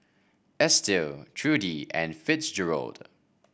Estill Trudie and Fitzgerald